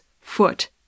foot